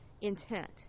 intent